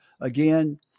again